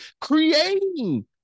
creating